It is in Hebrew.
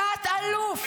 101 חטופים לא נמאס?